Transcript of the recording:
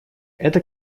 это